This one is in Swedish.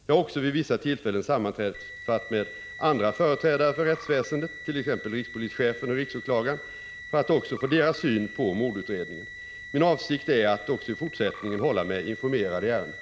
Jag har också vid vissa tillfällen sammanträffat med andra företrädare för rättsväsendet, t.ex. rikspolischefen och riksåklagaren, för att också få deras syn på mordutredningen. Min avsikt är att också i fortsättningen hålla mig informerad i ärendet.